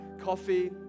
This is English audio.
coffee